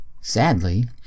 Sadly